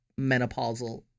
menopausal